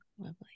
Lovely